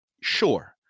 Sure